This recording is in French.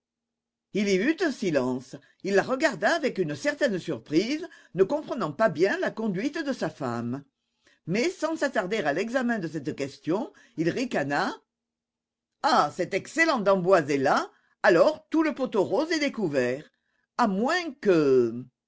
il y eut un silence il la regarda avec une certaine surprise ne comprenant pas bien la conduite de sa femme mais sans s'attarder à l'examen de cette question il ricana ah cet excellent d'emboise est là alors tout le pot aux roses est découvert à moins que